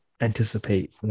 anticipate